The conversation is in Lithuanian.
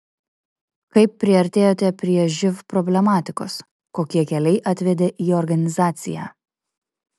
kaip priartėjote prie živ problematikos kokie keliai atvedė į organizaciją